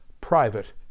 private